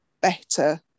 better